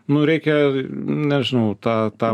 nu reikia nežinau tą tą